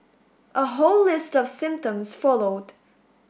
a whole list of symptoms followed